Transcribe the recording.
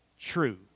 true